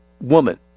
Woman